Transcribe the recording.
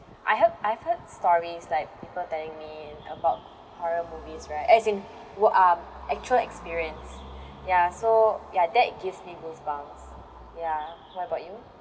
I heard I've heard stories like people telling me about horror movies right as in what are actual experience ya so ya that gives me goosebumps ya what about you